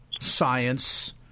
science